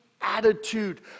attitude